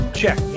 check